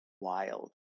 wild